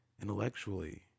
intellectually